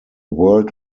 world